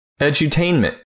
Edutainment